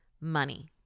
money